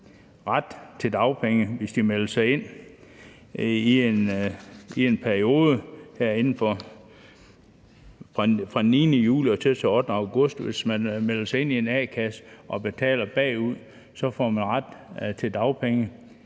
ret til dagpenge, hvis de melder sig ind i en a-kasse i perioden fra den 9. juli til den 8. august. Hvis man melder sig ind i en a-kasse og betaler bagud, får man ret til dagpenge.